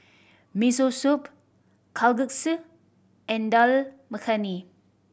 Miso Soup Kalguksu and Dal Makhani